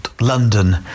London